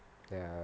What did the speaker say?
ya